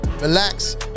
relax